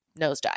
nosedive